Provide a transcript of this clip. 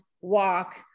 walk